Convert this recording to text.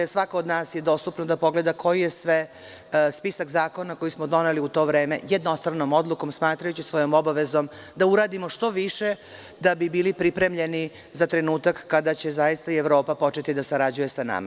Svakom od nas je dostupno da pogleda koji je sve spisak zakona koji smo doneli u to vreme jednostavnom odlukom smatrajući svojom obavezom da uradimo što više da bi bili pripremljeni za trenutak kada će zaista i Evropa početi da sarađuje sa nama.